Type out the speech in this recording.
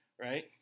right